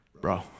bro